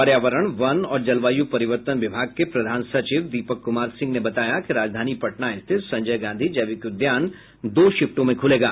पर्यावरण वन और जलवायू परिवर्तन विभाग के प्रधान सचिव दीपक कुमार सिंह ने बताया कि राजधानी पटना स्थित संजय गांधी जैविक उद्यान दो शिफ्टों में खुलेगा